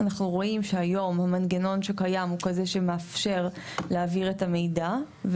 אנחנו רואים שהיום המנגנון שקיים הוא כזה שמאפשר להעביר את המידע.